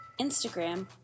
Instagram